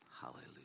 Hallelujah